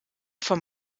vom